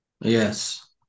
Yes